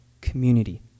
community